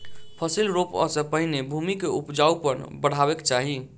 फसिल रोपअ सॅ पहिने भूमि के उपजाऊपन बढ़ेबाक चाही